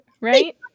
right